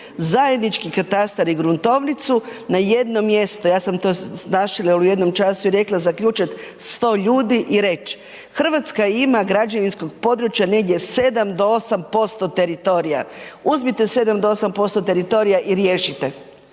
zajednički katastar i gruntovnicu na jedno mjesto. Ja sam to…/Govornik se razumije/…u jednom času i rekla zaključat 100 ljudi i reć, RH ima građevinskog područja negdje 7 do 8% teritorija, uzmite 7 do 8% teritorija i riješite.